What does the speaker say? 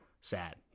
Sad